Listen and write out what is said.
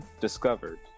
discovered